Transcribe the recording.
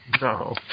no